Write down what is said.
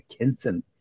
McKinson